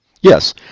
yes